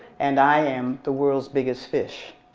and i am the world's biggest fish.